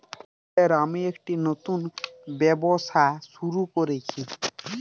Sir আমি একটি নতুন ব্যবসা শুরু করেছি?